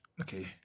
okay